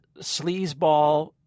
sleazeball